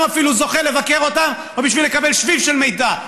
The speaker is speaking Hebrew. אפילו זוכה לבקר אותם או בשביל לקבל שביב של מידע.